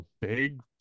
big